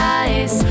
eyes